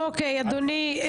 אדוני,